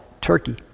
Turkey